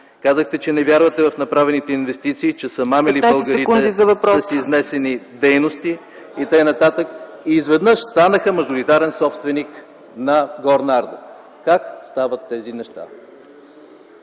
казахте, че не вярвате в направените инвестиции, че са мамили българите с изнесени дейности и така нататък. И изведнъж станаха мажоритарен собственик на „Горна Арда”. Как стават тези неща?